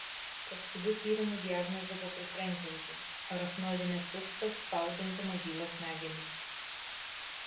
po skubių tyrimų diagnozė buvo pritrenkianti arachnoidinė cista spaudžianti mažylio smegenis